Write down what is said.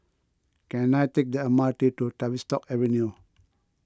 can I take the M R T to Tavistock Avenue